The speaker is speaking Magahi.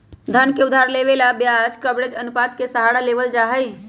धन के उधार देवे ला ब्याज कवरेज अनुपात के सहारा लेवल जाहई